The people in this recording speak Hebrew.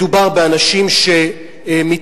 מדובר באנשים שמתחתנים,